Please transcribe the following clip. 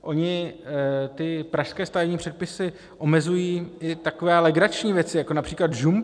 Ony ty pražské stavební předpisy omezují i takové legrační věci jako například žumpy.